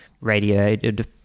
radiated